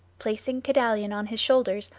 placing kedalion on his shoulders,